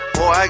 Boy